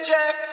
Jeff